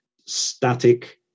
static